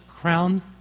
crown